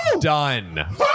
done